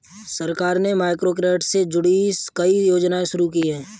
सरकार ने माइक्रोक्रेडिट से जुड़ी कई योजनाएं शुरू की